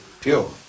pure